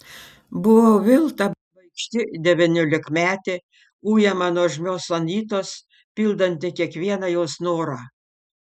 buvau vėl ta baikšti devyniolikmetė ujama nuožmios anytos pildanti kiekvieną jos norą